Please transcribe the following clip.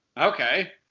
Okay